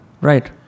Right